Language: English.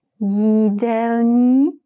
jídelní